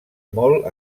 molt